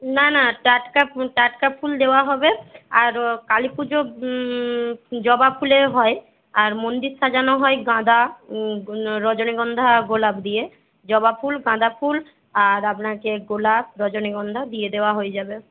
না না টাটকা ফুল টাটকা ফুল দেওয়া হবে আর কালীপুজো জবা ফুলে হয় আর মন্দির সাজানো হয় গাঁদা রজনীগন্ধা গোলাপ দিয়ে জবা ফুল গাঁদা ফুল আর আপনাকে গোলাপ রজনীগন্ধা দিয়ে দেওয়া হয়ে যাবে